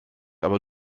aber